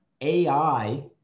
AI